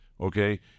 okay